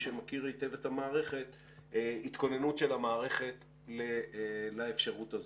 שמכיר היטב את המערכת התכוננות של המערכת לאפשרות הזאת.